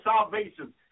salvation